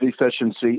efficiency